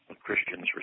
Christian's